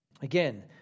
Again